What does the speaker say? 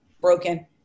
broken